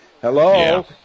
Hello